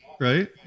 right